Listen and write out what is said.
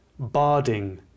Barding